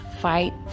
Fight